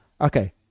Okay